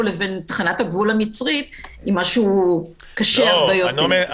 לבין תחנת הגבול המצרית היא משהו קשה הרבה יותר.